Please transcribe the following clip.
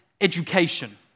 education